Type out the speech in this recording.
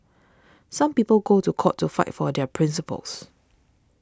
some people go to court to fight for their principles